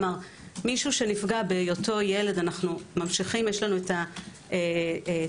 מישהו שנפגע בהיותו ילד יש לנו את התוכניות,